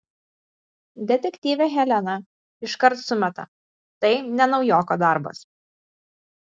detektyvė helena iškart sumeta tai ne naujoko darbas